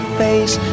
face